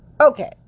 Okay